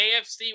AFC